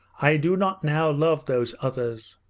i do not now love those others.